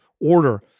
order